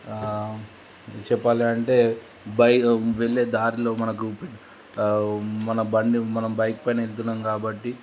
చెప్పాలి అంటే బై వెళ్ళే దారిలో మనకు మన బండి మనం బైక్ పైన వెళుతున్నాము కాబట్టి